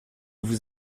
vous